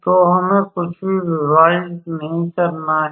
तो हमें कुछ भी विभाजित नहीं करना है